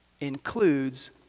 includes